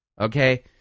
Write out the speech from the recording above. Okay